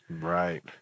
Right